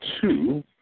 two